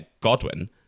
Godwin